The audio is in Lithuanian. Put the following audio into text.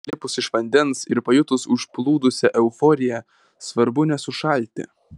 išlipus iš vandens ir pajutus užplūdusią euforiją svarbu nesušalti